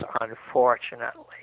unfortunately